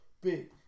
Big